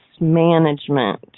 management